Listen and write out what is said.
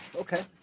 Okay